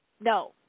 No